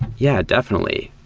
yeah, definitely.